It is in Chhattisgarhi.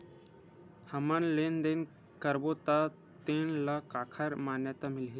हमन लेन देन करबो त तेन ल काखर मान्यता मिलही?